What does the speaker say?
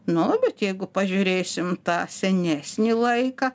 nu bet jeigu pažiūrėsim į tą senesnį laiką